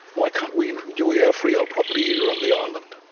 why can't we and enjoy our freehold property here on the island?